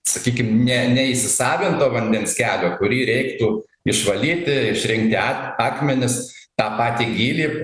sakykime ne neįsisavinto vandens kelio kurį reiktų išvalyti išrinkti ak akmenis tą patį gylį